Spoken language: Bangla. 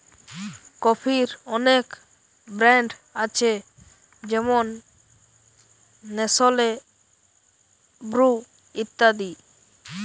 কফির অনেক ব্র্যান্ড আছে যেমন নেসলে, ব্রু ইত্যাদি